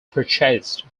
purchased